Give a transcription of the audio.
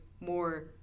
more